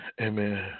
amen